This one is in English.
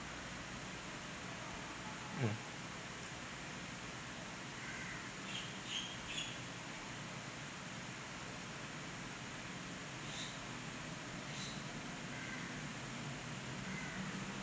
mm